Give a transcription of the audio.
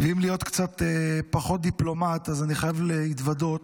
ואם להיות קצת פחות דיפלומט, אני חייב להתוודות